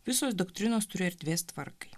visos doktrinos turi erdvės tvarkai